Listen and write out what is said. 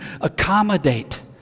accommodate